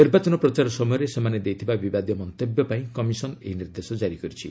ନିର୍ବାଚନ ପ୍ରଚାର ସମୟରେ ସେମାନେ ଦେଇଥିବା ବିବାଦୀୟ ମନ୍ତବ୍ୟ ପାଇଁ କମିଶନ୍ ଏହି ନିର୍ଦ୍ଦେଶ ଜାରି କରିଛି